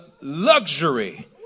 luxury